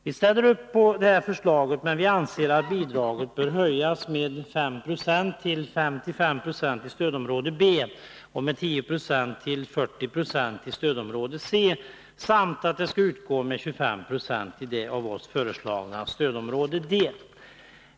Viställer upp på detta förslag, men vi anser att bidraget bör höjas med 5 Yo till 55 20 i stödområde B och med 10 9 till 40 26 i stödområde C samt att det skall utgå med 25 96 i det av oss föreslagna stödområde D.